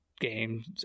games